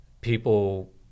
people